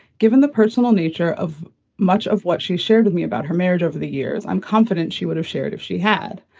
given the personal nature of much of what she shared with me about her marriage over the years. i'm confident she would've shared if she had.